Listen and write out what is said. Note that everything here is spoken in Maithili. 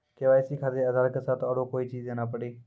के.वाई.सी खातिर आधार के साथ औरों कोई चीज देना पड़ी?